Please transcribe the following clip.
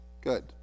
Good